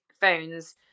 phones